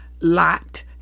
lot